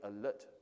alert